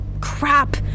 crap